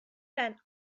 when